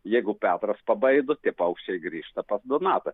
jeigu petras pabaido tie paukščiai grįžta pas donatą